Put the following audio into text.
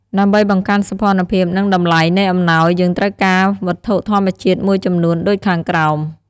ដើម្បីបង្កើនសោភ័ណភាព និងតម្លៃនៃអំណោយយើងត្រូវការវត្ថុធម្មជាតិមួយចំនួនដូចខាងក្រោម។